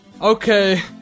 Okay